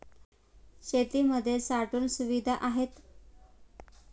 शेतीमध्ये साठवण सुविधा काय आहेत?